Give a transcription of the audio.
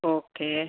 okay